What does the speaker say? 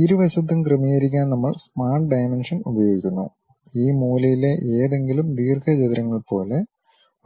ഇരുവശത്തും ക്രമീകരിക്കാൻ നമ്മൾ സ്മാർട്ട് ഡയമെൻഷൻ ഉപയോഗിക്കുന്നു ഈ മൂലയിലെ ഏതെങ്കിലും ദീർഘചതുരങ്ങൾ പോലെ